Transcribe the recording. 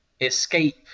escape